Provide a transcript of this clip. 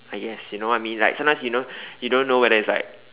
ah yes you know what I mean sometimes you know you don't know whether it's like